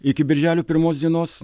iki birželio pirmos dienos